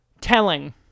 Telling